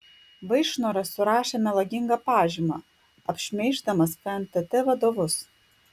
vaišnoras surašė melagingą pažymą apšmeiždamas fntt vadovus